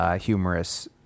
humorous